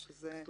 אז רק